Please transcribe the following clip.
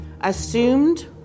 assumed